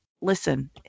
listen